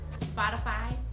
Spotify